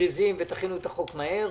זריזים ותכינו את החוק מהר.